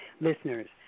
listeners